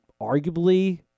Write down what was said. arguably